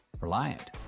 Reliant